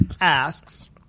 Asks